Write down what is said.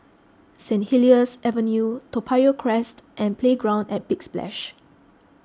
Saint Helier's Avenue Toa Payoh Crest and Playground at Big Splash